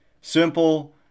Simple